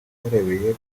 barebeye